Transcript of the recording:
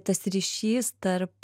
tas ryšys tarp